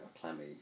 clammy